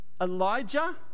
Elijah